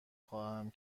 خواهم